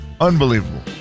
Unbelievable